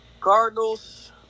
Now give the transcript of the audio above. cardinals